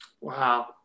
Wow